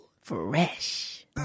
Fresh